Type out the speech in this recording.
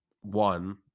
one